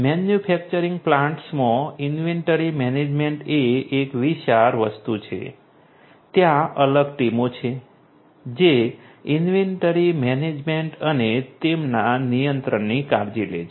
manufacturing પ્લાન્ટ્સમાં inventory management એ એક વિશાળ વસ્તુ છે ત્યાં અલગ ટીમો છે જે ઈન્વેન્ટરી મેનેજમેન્ટ અને તેમના નિયંત્રણની કાળજી લે છે